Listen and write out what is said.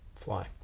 fly